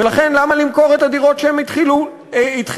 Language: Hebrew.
ולכן למה למכור את הדירות שהם התחילו לבנות?